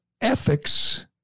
ethics